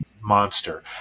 monster